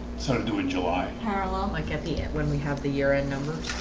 sort of doing july parallel like at the end when we have the year-end numbers